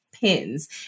pins